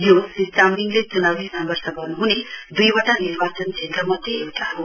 यो श्री चामलिङले चुनावी संघर्ष गर्नुहुने दुईवटा निर्वाचन क्षेत्र मध्ये एउटा हो